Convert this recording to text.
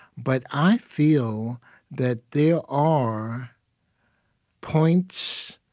but i feel that there are points,